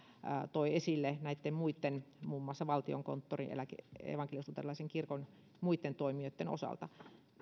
toi esille näitten muitten muun muassa valtiokonttorin evankelis luterilaisen kirkon ja muitten toimijoitten osalta